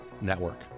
network